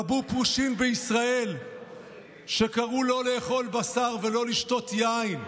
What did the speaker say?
רבו פרושים בישראל שקראו לא לאכול בשר ולא לשתות יין,